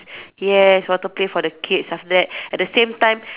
yes water play for the kids after that at the same time